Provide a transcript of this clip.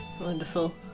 Wonderful